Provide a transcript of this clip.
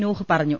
നൂഹ് പറഞ്ഞു